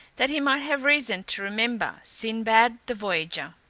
that he might have reason to remember sinbad the voyager.